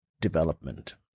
development